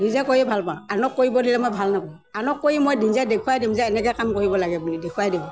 নিজে কৰি ভাল পাওঁ আনক কৰিব দিলে মই ভাল নাপাওঁ আনক কৰি মই নিজে দেখুৱাই দিম যে এনেকৈ কাম কৰিব লাগে বুলি দেখুৱাই দিব